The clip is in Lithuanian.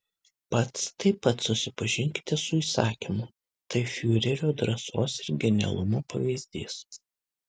pats taip pat susipažinkite su įsakymu tai fiurerio drąsos ir genialumo pavyzdys